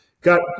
got